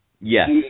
Yes